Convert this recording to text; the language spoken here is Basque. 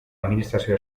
administrazio